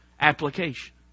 application